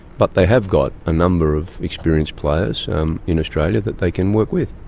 but they have got a number of experienced players um in australia that they can work with.